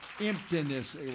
Emptiness